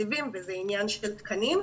תקציבים ותקנים.